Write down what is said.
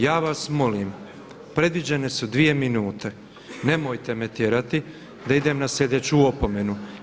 Ja vas molim predviđene su 2 minute nemojte me tjerati da idem na slijedeću opomenu.